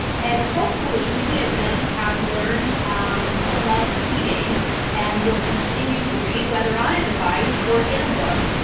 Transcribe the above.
and, hopefully many of them have learned to love reading and will continue to read whether on a device or in a book.